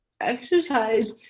exercise